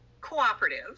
cooperative